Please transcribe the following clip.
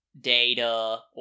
Data